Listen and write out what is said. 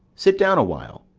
sit down awhile,